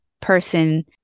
person